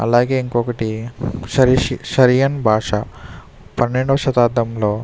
అలాగే ఇంకొకటి షరి షరియన్ భాష పన్నెండవ శతాబ్దంలో